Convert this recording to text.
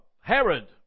Herod